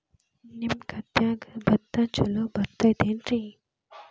ನಿಮ್ಮ ಗದ್ಯಾಗ ಭತ್ತ ಛಲೋ ಬರ್ತೇತೇನ್ರಿ?